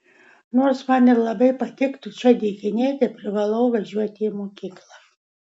nors man ir labai patiktų čia dykinėti privalau važiuoti į mokyklą